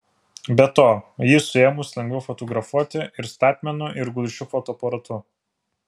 be to jį suėmus lengviau fotografuoti ir statmenu ir gulsčiu fotoaparatu